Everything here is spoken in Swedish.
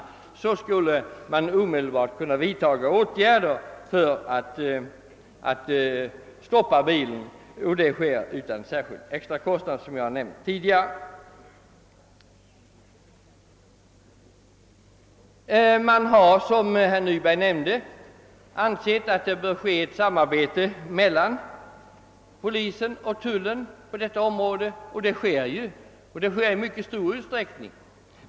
Har överträdelse skett skulle man omedelbart kunna vidta åtgärder för att stoppa bilen, vilket alltså skulle kunna ske utan extra kostnad. Som herr Nyberg nämnde har det ansetts vara nödvändigt med ett samarbete på detta område mellan rikspolisstyrelsen och generaltullstyrelsen, och detta sker ju också i mycket stor utsträckning.